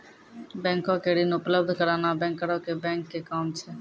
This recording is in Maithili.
बैंको के ऋण उपलब्ध कराना बैंकरो के बैंक के काम छै